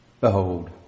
Behold